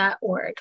org